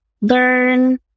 learn